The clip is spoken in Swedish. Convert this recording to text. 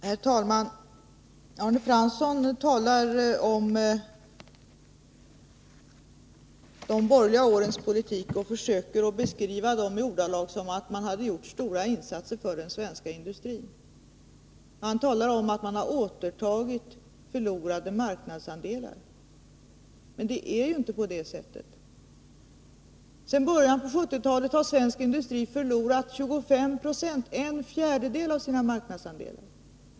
Herr talman! Arne Fransson talar om de borgerliga årens politik och Torsdagen den försöker beskriva dem i ordalag som om man hade gjort stora insatser för den 25 november 1982 svenska industrin. Han säger att man har återtagit förlorade marknadsandelar. Men det är ju inte på det sättet. Om en landsom Sedan början av 1970-talet har svensk industri förlorat 25 96, en fjärdedel, fattande blodgivarav sina marknadsandelar.